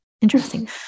Interesting